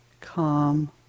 calm